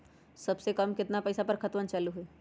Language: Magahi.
सबसे कम केतना पईसा पर खतवन चालु होई?